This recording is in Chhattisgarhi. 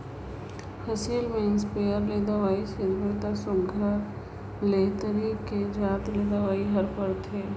फसिल में इस्पेयर ले दवई छींचबे ता सुग्घर ले तरी कर जात ले दवई हर परथे